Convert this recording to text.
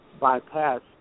bypass